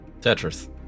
Tetris